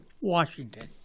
Washington